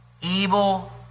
evil